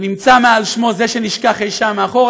שנמצא מעל שמו, זה שנשכח אי-שם מאחור.